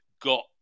got